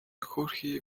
хөөрхий